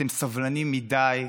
אתם סבלניים מדי,